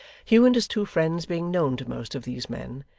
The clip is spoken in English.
hugh and his two friends being known to most of these men,